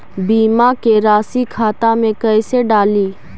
बीमा के रासी खाता में कैसे डाली?